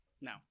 no